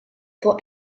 for